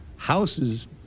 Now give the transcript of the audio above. Houses